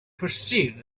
perceived